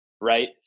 right